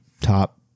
top